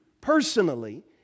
personally